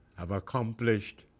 have accomplished